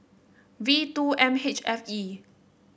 V two M H F E